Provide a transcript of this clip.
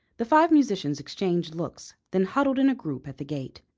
the five musicians exchanged looks, then huddled in a group at the gate.